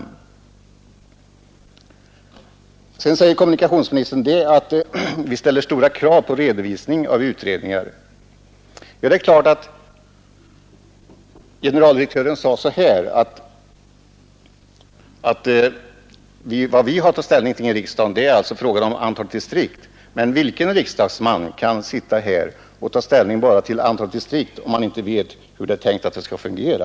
Slutligen sade kommunikationsministern att vi ställer stora krav på redovisningen från utredningarna, och generaldirektören vid SJ har betonat att vad vi här i riksdagen har att ta ställning till är antalet distrikt. Men vilken riksdagsman kan sitta här och ta ställning till antalet distrikt, om han inte vet hur det är tänkt att det hela skall fungera?